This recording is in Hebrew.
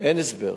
אין הסבר.